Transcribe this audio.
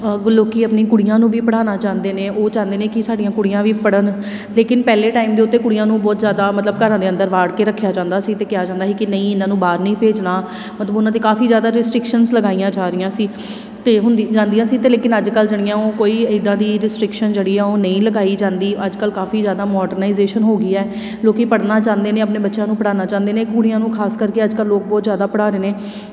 ਹਾਂ ਕੋਈ ਲੋਕ ਆਪਣੀਆਂ ਕੁੜੀਆਂ ਨੂੰ ਵੀ ਪੜ੍ਹਾਉਣਾ ਚਾਹੁੰਦੇ ਨੇ ਉਹ ਚਾਹੁੰਦੇ ਨੇ ਕਿ ਸਾਡੀਆਂ ਕੁੜੀਆਂ ਵੀ ਪੜ੍ਹਨ ਲੇਕਿਨ ਪਹਿਲੇ ਟਾਈਮ ਦੇ ਉੱਤੇ ਕੁੜੀਆਂ ਨੂੰ ਬਹੁਤ ਜ਼ਿਆਦਾ ਮਤਲਬ ਘਰਾਂ ਦੇ ਅੰਦਰ ਵਾੜ ਕੇ ਰੱਖਿਆ ਜਾਂਦਾ ਸੀ ਅਤੇ ਕਿਹਾ ਜਾਂਦਾ ਸੀ ਕਿ ਨਹੀਂ ਇਹਨਾਂ ਨੂੰ ਬਾਹਰ ਨਹੀਂ ਭੇਜਣਾ ਮਤਲਬ ਉਹਨਾਂ 'ਤੇ ਕਾਫੀ ਜ਼ਿਆਦਾ ਰਿਸਟ੍ਰਿਕਸ਼ਨਸ ਲਗਾਈਆਂ ਜਾ ਰਹੀਆਂ ਸੀ ਅਤੇ ਹੁਣ ਦੀ ਜਾਂਦੀਆਂ ਸੀ ਤੇ ਲੇਕਿਨ ਅੱਜ ਕੱਲ੍ਹ ਜਿਹੜੀਆਂ ਉਹ ਕੋਈ ਇੱਦਾਂ ਦੀ ਰਿਸਟ੍ਰਿਕਸ਼ਨ ਜਿਹੜੀ ਆ ਉਹ ਨਹੀਂ ਲਗਾਈ ਜਾਂਦੀ ਅੱਜ ਕੱਲ੍ਹ ਕਾਫੀ ਜ਼ਿਆਦਾ ਮਾਡਰਨਾਈਜੇਸ਼ਨ ਹੋ ਗਈ ਹੈ ਲੋਕ ਪੜ੍ਹਨਾ ਚਾਹੁੰਦੇ ਨੇ ਆਪਣੇ ਬੱਚਿਆਂ ਨੂੰ ਪੜ੍ਹਾਉਣਾ ਚਾਹੁੰਦੇ ਨੇ ਕੁੜੀਆਂ ਨੂੰ ਖ਼ਾਸ ਕਰਕੇ ਅੱਜ ਕੱਲ੍ਹ ਲੋਕ ਬਹੁਤ ਜ਼ਿਆਦਾ ਪੜ੍ਹਾ ਰਹੇ ਨੇ